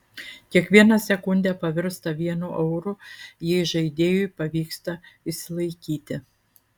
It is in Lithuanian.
kiekviena sekundė pavirsta vienu euru jei žaidėjui pavyksta išsilaikyti